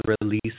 release